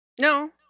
No